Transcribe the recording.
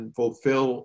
fulfill